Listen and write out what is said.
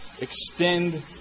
extend